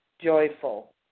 joyful